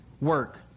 work